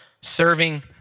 serving